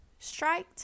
striked